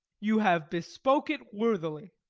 you have bespoke it worthily.